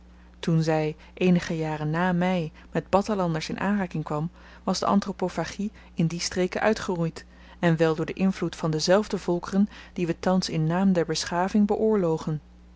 toen zy eenige jaren na my met battahlanders in aanraking kwam was de anthropophagie in die streken uitgeroeid en wel door den invloed van dezelfde volkeren die we thans in naam der beschaving